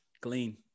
Glean